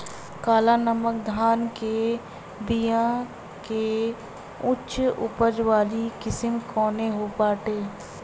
काला नमक धान के बिया के उच्च उपज वाली किस्म कौनो बाटे?